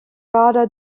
rada